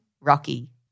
Rocky